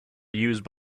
used